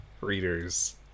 readers